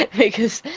and because,